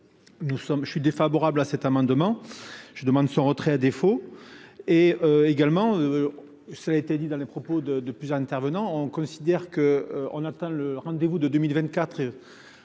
je suis défavorable à cet amendement. Je demande son retrait à défaut et également. Ça a été dit dans les propos de de plusieurs intervenants, on considère que, on atteint le rendez-vous de 2024.